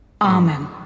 Amen